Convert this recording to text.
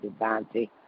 Devante